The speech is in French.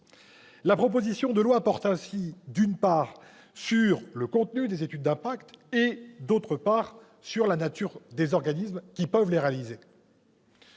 La proposition de loi organique porte, d'une part, sur le contenu des études d'impact, et, d'autre part, sur la nature des organismes qui peuvent les réaliser.